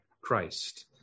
Christ